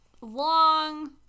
long